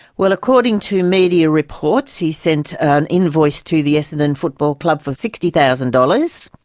well, according to media reports he sent an invoice to the essendon football club for sixty thousand dollars.